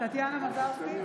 טטיאנה מזרסקי,